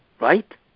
Right